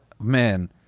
Man